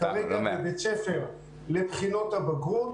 שלומד כרגע בבית ספר לבחינות הבגרות.